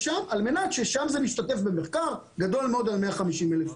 שם זה משתתף במחקר גדול מאוד על 150,000 איש.